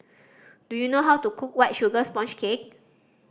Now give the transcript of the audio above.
do you know how to cook White Sugar Sponge Cake